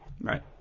Right